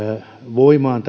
voimaan